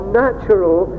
natural